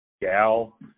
Gal